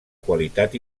qualitat